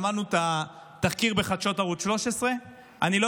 שמענו את התחקיר בחדשות ערוץ 13. אני לא